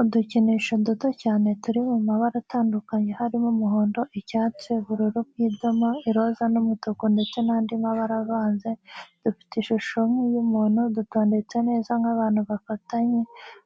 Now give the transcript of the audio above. Udukinisho duto cyane turi mu mabara atandukanye harimo umuhondo, icyatsi, ubururu bw'idoma, iroza n'umutuku ndetse n'andi mabara avanze, dufite ishusho nk'iy'umuntu dutondetse neza nk'abantu bafatanye,